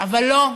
אבל לא,